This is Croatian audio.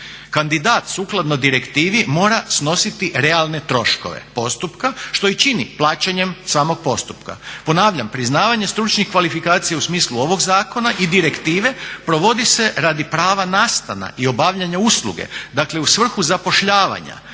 Kandidat sukladno direktivi mora snositi realne troškove postupke što i čini plaćanjem samog postupka. Ponavljam, priznavanje stručnih kvalifikacija u smislu ovog zakona i direktive provodi se prava nastana i obavljanja usluge, dakle u svrhu zapošljavanja.